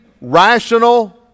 rational